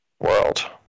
world